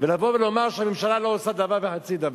לבוא ולומר שהממשלה לא עושה דבר וחצי דבר.